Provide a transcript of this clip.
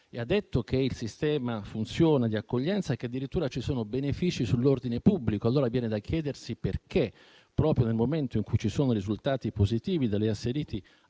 ha detto che il sistema dell'accoglienza funziona e che addirittura ci sono benefici sull'ordine pubblico. Allora viene da chiedersi perché, proprio nel momento in cui ci sono i risultati positivi da lei asseriti, anche